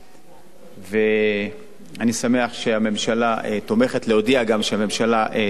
אני שמח להודיע גם שהממשלה תומכת בהצעת החוק.